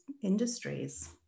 industries